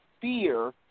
fear